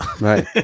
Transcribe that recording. Right